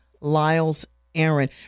Lyles-Aaron